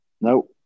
no